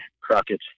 Crockett